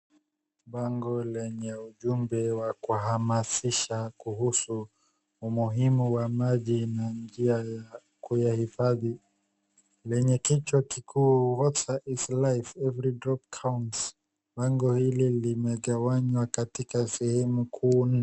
Bango lenye ujumbe wa kuhamasisha kuhusu umuhimu wa maji na njia ya kuyahifadhi lenye kichwa kikuu water is life every drop counts . Bango hili limegawanywa katika sehemu kuu nne.